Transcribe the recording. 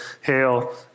hail